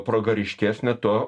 proga ryškesnė tuo